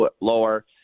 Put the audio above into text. lower